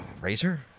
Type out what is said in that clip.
Razor